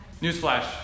Newsflash